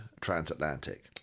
Transatlantic